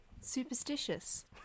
superstitious